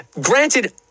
granted